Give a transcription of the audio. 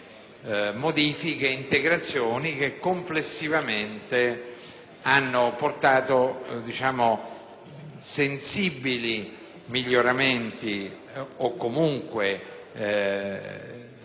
modifiche e integrazioni che, complessivamente, hanno portato sensibili miglioramenti o, comunque, hanno tenuto